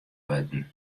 wurden